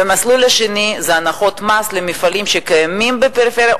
ומסלול שני זה הנחות מס למפעלים שקיימים בפריפריה,